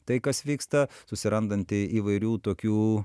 tai kas vyksta susirandanti įvairių tokių